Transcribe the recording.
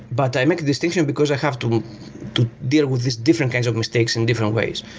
but i make the distinction because i have to deal with these different kinds of mistakes in different ways.